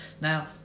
now